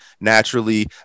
Naturally